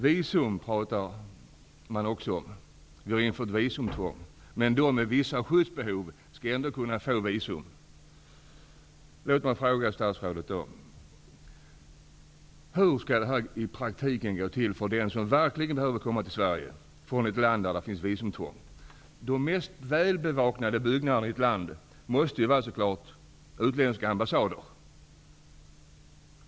Det har också talats om att vi har infört visumtvång. Personer med vissa skyddsbehov skall ändock kunna få visum. Låt mig fråga statsrådet: Hur skall det här i praktiken gå till för den som verkligen behöver komma till Sverige från ett land som har visumtvång? De mest bevakade byggnaderna i ett land måste naturligtvis vara de utländska ambassaderna.